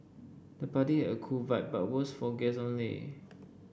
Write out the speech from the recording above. the party had a cool vibe but was for guests only